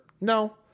No